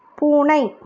பூனை